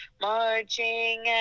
marching